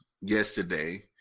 yesterday